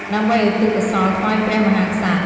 ដើម្បីឧទ្ទិសកុសលថ្វាយព្រះមហាក្សត្រ។